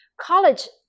college